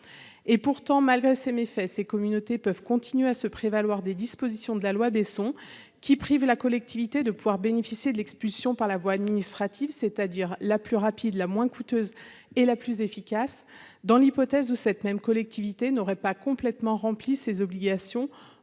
et pourtant malgré ses méfaits ces communautés peuvent continuer à se prévaloir des dispositions de la loi Besson qui prive la collectivité de pouvoir bénéficier de l'expulsion par la voie administrative, c'est-à-dire la plus rapide, la moins coûteuse et la plus efficace dans l'hypothèse où cette même collectivité n'aurait pas complètement rempli ses obligations